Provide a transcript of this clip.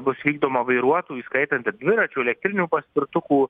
bus vykdoma vairuotojų įskaitant ir dviračių elektrinių paspirtukų